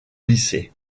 lycée